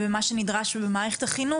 ובמה שנדרש ממערכת החינוך,